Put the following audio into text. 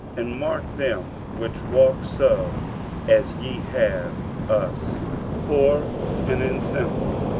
and mark them which walk so as ye have us for an ensample.